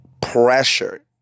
pressure